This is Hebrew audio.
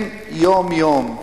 הם יום-יום,